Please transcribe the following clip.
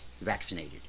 vaccinated